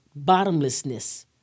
Bottomlessness